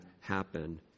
happen